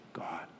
God